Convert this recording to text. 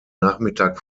nachmittag